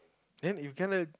then in felony